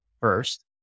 first